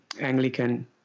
Anglican